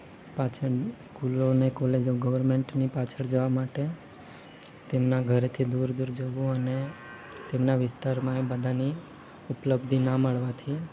પાછળ સ્કૂલો અને કોલેજો ગવર્મેન્ટની પાછળ જવા માટે તેમના ઘરેથી દૂર દૂર જવું અને તેમના વિસ્તારમાં એ બધાની ઉપલબ્ધિ ન મળવાથી